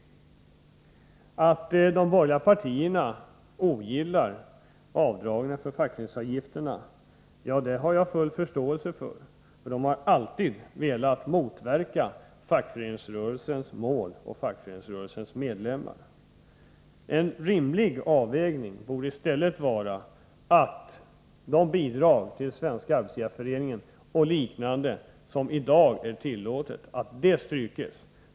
Att de borgerliga partierna ogillar avdragen för fackföreningsavgifter har jag full förståelse för, eftersom de alltid har velat motverka fackföreningsrörelsens mål och dess medlemmar. En rimlig avvägning borde i stället vara att de bidrag till Svenska arbetsgivareföreningen och liknande som i dag är tillåtna stryks.